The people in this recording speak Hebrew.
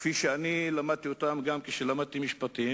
כפי שאני למדתי אותם כשלמדתי משפטים,